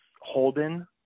Holden